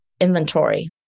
inventory